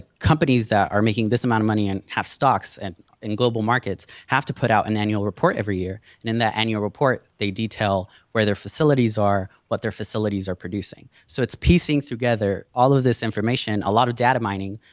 companies that are making this amount of money and have stocks and in global markets have to put out an annual report every year. and in that annual report, they detail where their facilities are, what their facilities are producing. so it's piecing together all of this information, a lot of data mining,